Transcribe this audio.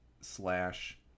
slash